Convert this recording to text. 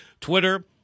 Twitter